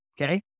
Okay